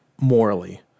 morally